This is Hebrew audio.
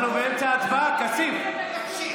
אנחנו באמצע הצבעה, כסיף.